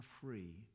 free